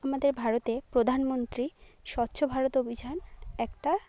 আমাদের ভারতে প্রধানমন্ত্রী স্বচ্ছ ভারত অভিযান একটা